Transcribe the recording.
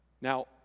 Now